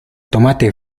tomate